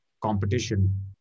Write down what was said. competition